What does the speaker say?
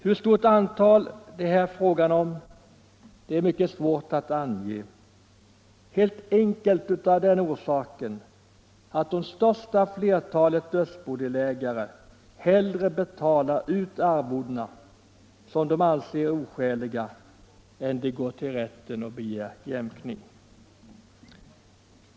Hur stort antal fall det är fråga om är mycket svårt att ange, helt enkelt av den orsaken att det stora flertalet dödsbodelägare hellre betalar ut arvoden som de anser oskäliga än de går till rätten och begär jämkning.